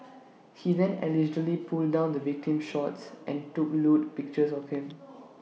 he then allegedly pulled down the victim's shorts and took lewd pictures of him